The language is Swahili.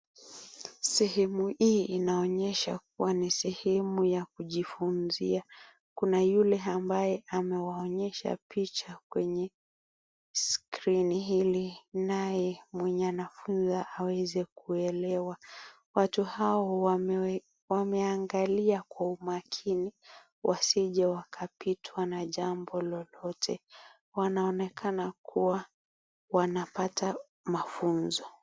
Sehemu hii inaonyesha kuwa ni sehemu ya kujifunzia kuna yule ambaye amewaonyesha picha na kwenye skrini hili naye mwenye anafunza aweze kuelewa. Watu hawa wameangalia kwa umakini wasije wakapitwa na jambo lolote wanaonekana kuwa wanapata mafunzo.